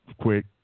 quick